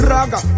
Raga